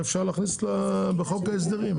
אפשר להכניס לחוק ההסדרים.